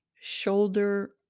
shoulder